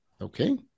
okay